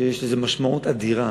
יש לזה משמעות אדירה